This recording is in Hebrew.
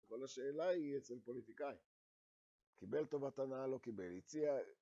כל השאלה היא אצל פוליטיקאי. קיבל טובת הנאה, לא קיבל, הציע...